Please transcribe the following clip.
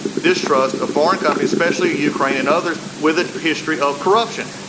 distrust of foreign comm, and especially ukraine and others with a history of corruption,